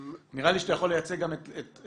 נראה לי שאתה יכול לייצג את שניכם.